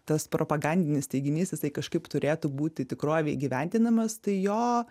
tas propagandinis teiginys jisai kažkaip turėtų būti tikrovėj įgyvendinamas tai jo